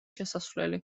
შესასვლელი